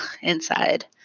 inside